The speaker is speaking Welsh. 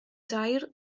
dair